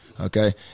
Okay